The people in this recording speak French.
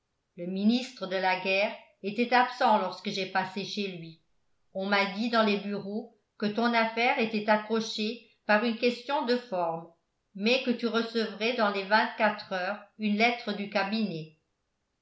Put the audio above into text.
le ministre de la guerre était absent lorsque j'ai passé chez lui on m'a dit dans les bureaux que ton affaire était accrochée par une question de forme mais que tu recevrais dans les vingt-quatre heures une lettre du cabinet